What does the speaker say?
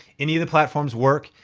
any of the platforms work.